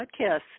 podcast